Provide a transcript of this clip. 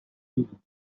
field